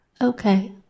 Okay